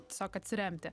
tiesiog atsiremti